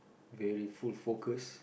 very full focus